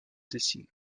dessinent